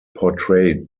portrayed